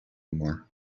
more